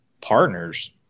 partners